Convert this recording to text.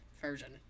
version